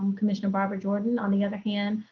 um commissioner barbara jordan. on the other hand,